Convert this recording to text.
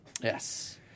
Yes